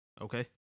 Okay